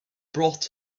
brought